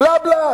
"בלה בלה".